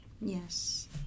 Yes